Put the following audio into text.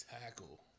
tackle